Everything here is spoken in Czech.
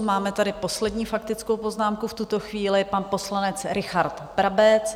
Máme tady poslední faktickou poznámku v tuto chvíli, pan poslanec Richard Brabec.